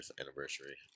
anniversary